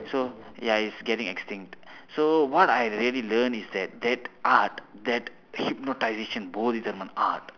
so ya it's getting extinct so what I really learn is that art that hypnotisation bodhidharma art